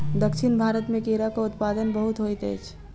दक्षिण भारत मे केराक उत्पादन बहुत होइत अछि